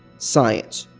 science,